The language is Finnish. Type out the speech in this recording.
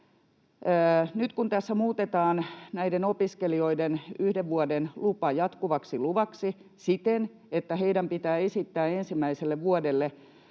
Nyt, kun tässä muutetaan näiden opiskelijoiden yhden vuoden lupa jatkuvaksi luvaksi siten, että heidän pitää esittää ensimmäiselle vuodelle